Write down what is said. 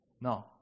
No